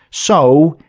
so,